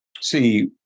See